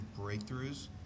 breakthroughs